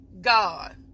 God